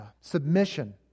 submission